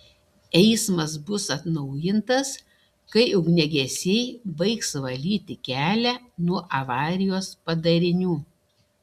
eismas bus atnaujintas kai ugniagesiai baigs valyti kelią nuo avarijos padarinių